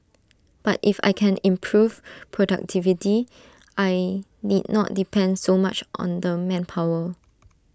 but if I can improve productivity I need not depend so much on the manpower